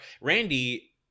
Randy